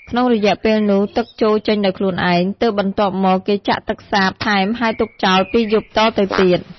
ក្នុងរយៈពេលនោះទឹកជោរចេញដោយខ្លួនឯង ទើបបន្ទាប់មកគេចាក់ទឹកសាបថែមហើយទុកចោល២យប់តទៅទៀត។